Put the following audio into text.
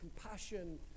compassion